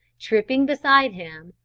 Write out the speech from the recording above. tripping beside him,